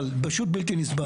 זה בלתי נסבל, פשוט בלתי נסבל.